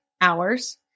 hours